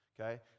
Okay